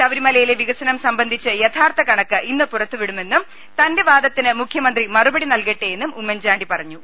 ശബരിമല യിലെ വികസനം സംബന്ധിച്ച യഥാർത്ഥ കണക്ക് ഇന്ന് പുറ ത്തു വിടു മെന്നും തന്റെ വാദത്തിന് മുഖ്യ മന്ത്രി മറു പടി നൽകട്ടെയെന്നും ഉമ്മൻചാണ്ടി പറഞ്ഞു